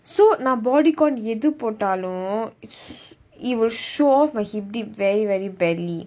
so நான்:naan Bodycon எது போட்டாலும்:ethu potaalum it will show off my Hip Dip very very badly